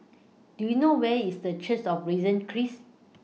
Do YOU know Where IS The Church of Risen Christ